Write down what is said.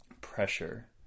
pressure